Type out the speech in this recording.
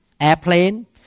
airplane